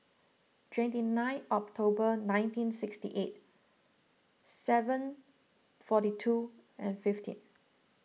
twenty nine October nineteen sixty eight seven forty two and fifteen